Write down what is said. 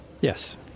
Yes